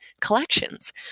collections